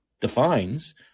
defines